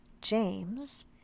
James